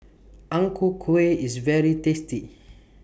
Ang Ku Kueh IS very tasty